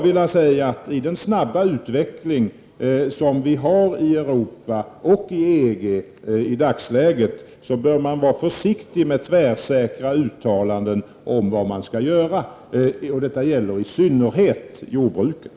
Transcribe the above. I den snabba utveckling som i dagsläget pågår i Europa bör man vara försiktig med tvärsäkra uttalanden om vad som skall göras. Detta gäller i synnerhet i fråga om jordbruket.